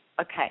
Okay